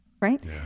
right